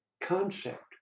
concept